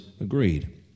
agreed